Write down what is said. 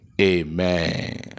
amen